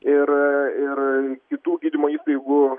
ir ir kitų gydymo įstaigų